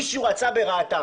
כאילו מישהו רצה ברעתם,